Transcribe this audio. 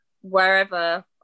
wherever